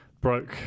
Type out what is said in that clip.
broke